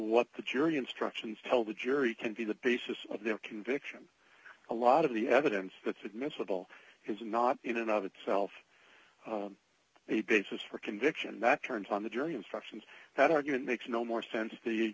what the jury instructions tell the jury can be the basis of their conviction a lot of the evidence that's admissible is not in and of itself a basis for conviction not turns on the jury instructions that argument makes no more sense the